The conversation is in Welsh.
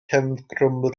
cefngrwm